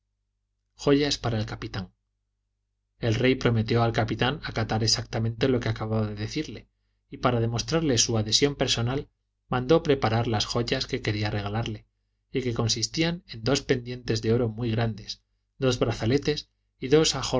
el capitán el rey prometió al capitán acatar exactamente lo que acababa de decirle y para demostrarle su adhesión personal mandó preparar las joyas que quería regalarle y que consistían en dos pendientes de oro muy grandes dos brazaletes y dos